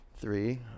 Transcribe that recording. Three